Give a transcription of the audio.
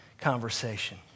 conversation